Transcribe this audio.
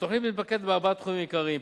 התוכנית מתמקדת בארבעה תחומים עיקריים: